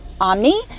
Omni